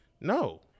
No